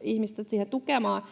ihmistä siinä tukemaan.